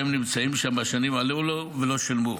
שהם נמצאים שם בשנים הללו ולא שילמו.